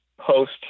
post